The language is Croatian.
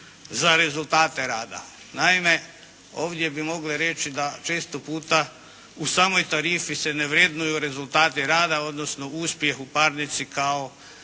za rezultate rada. Naime, ovdje bi mogli reći da često puta u samoj tarifi se ne vrednuju rezultati rada odnosno uspjeh u parnici kao